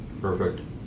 Perfect